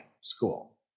school